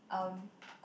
um